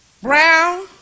Brown